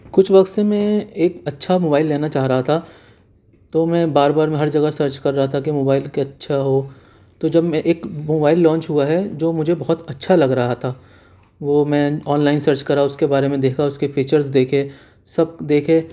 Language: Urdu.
کچھ وقت سے میں ایک اچھا موبائل لینا چاہ رہا تھا تو میں بار بار میں ہر جگہ سرچ کر رہا تھا کہ موبائل کوئی اچھا ہو تو جب میں ایک موبائل لانچ ہوا ہے جو مجھے بہت اچھا لگ رہا تھا وہ میں آن لائن سرچ کرا اس کے بارے میں دیکھا اس کے فیچرس دیکھے سب دیکھے